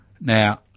Now